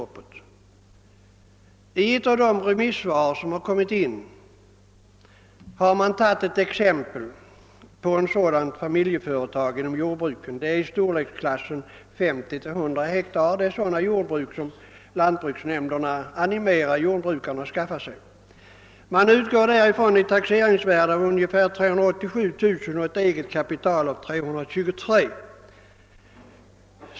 I ett av de avlämnade remissyttrandena har man som exempel på verkningarna av utredningsförslaget tagit ett familjeföretag inom jordbruket i storleksklassen 50—100 hektar. Det är sådana gårdar som lantbruksnämnderna nu animerar jordbrukarna att skaffa sig. Man utgår ifrån ett taxeringsvärde av ungefär 387 000 kronor och ett eget kapital av 323 000 kronor.